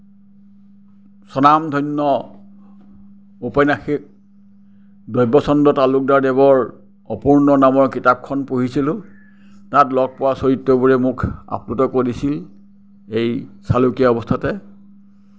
স্বনামধন্য ঔপন্যাসিক দ্ৰব্য় চন্দ্ৰ তালুকদাৰদেৱৰ অপূৰ্ণ নামৰ কিতাপখন পঢ়িছিলোঁ তাত লগ পোৱা চৰিত্ৰ বোৰে মোক আপ্লুত কৰিছিল এই চালুকীয়া অৱস্থাতে